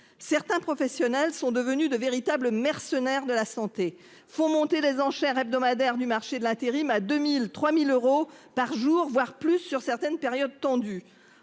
Certains professionnels sont devenus de véritables mercenaires de la santé font monter les enchères hebdomadaire du marché de l'intérim à 2003 1000 euros par jour, voire plus sur certaines périodes tendues